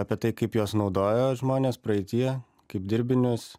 apie tai kaip juos naudojo žmonės praeityje kaip dirbinius